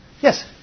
Yes